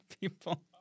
people